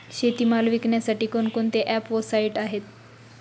शेतीमाल विकण्यासाठी कोणते ॲप व साईट आहेत?